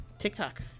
TikTok